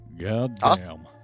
Goddamn